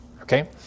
okay